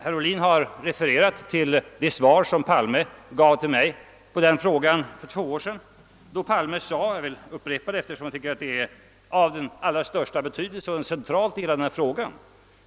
Herr Ohlin har refererat till det svar som herr Palme gav till mig på en fråga för två år sedan. Jag vill upprepa herr Palmes svar, eftersom det är av central betydelse i detta ärende.